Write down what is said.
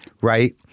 right